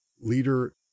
leader